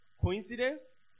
Coincidence